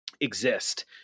exist